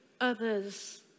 others